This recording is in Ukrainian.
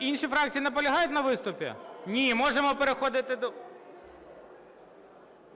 Інші фракції наполягають на виступі? Ні. Можемо переходити до…